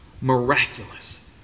Miraculous